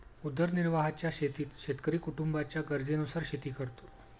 उदरनिर्वाहाच्या शेतीत शेतकरी कुटुंबाच्या गरजेनुसार शेती करतो